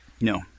No